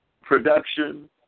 Production